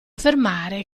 affermare